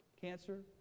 cancer